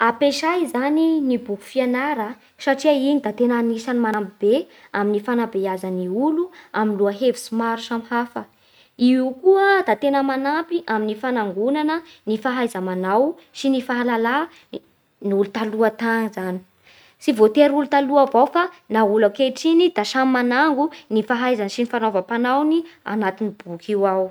Ampiasay zany ny boky fianara, satria iny dia tena manampy be amin'ny fanabeazangne olo amin'ny lohahevitsy maro samy hafa. Io ko da tena manampy amin'ny fanagonana ny fahaiza-manao sy ny fahalalan'olo taloha tany. Tsy voatery ny olo taloha avao fa olo ankehitriny da samy manango fahaiza sy ny mafaizam-panaony anatin'ny boky io ao.